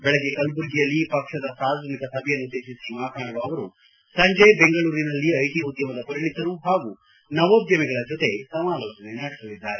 ಬೆಳಿಗ್ಗೆ ಕಲಬುರಗಿಯಲ್ಲಿ ಪಕ್ಷದ ಸಾರ್ವಜನಿಕ ಸಭೆಯನ್ನು ಉದ್ವೇತಿಸಿ ಮಾತನಾಡುವ ಅವರು ಸಂಜೆ ಬೆಂಗಳೂರಿನಲ್ಲಿ ಐಟಿ ಉದ್ಯಮದ ಪರಿಣಿತರು ಹಾಗೂ ನವೋದ್ಯಮಿಗಳ ಜೊತೆ ಸಮಾಲೋಚನೆ ನಡೆಸಲಿದ್ದಾರೆ